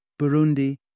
Burundi